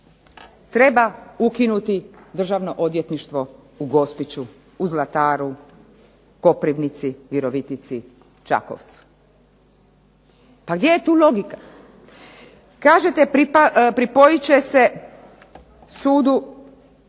treba ukinuti državno odvjetništvo u Gospiću, u Zlataru, Koprivnici, Virovitici, Čakovcu. Pa gdje je tu logika? Kažete pripojit će se sudu,